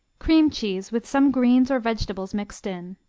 cream cheese with some greens or vegetables mixed in.